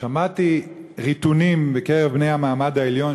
שמעתי ריטונים בקרב בני המעמד העליון